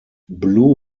blue